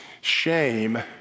Shame